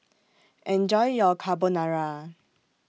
Enjoy your Carbonara